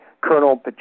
Colonel